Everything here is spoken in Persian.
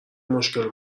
مشکل